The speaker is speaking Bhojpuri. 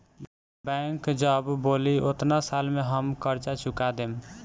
बैंक जब बोली ओतना साल में हम कर्जा चूका देम